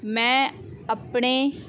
ਮੈਂ ਆਪਣੇ